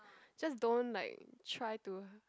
just don't like try to